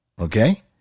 okay